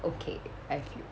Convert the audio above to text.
okay I feel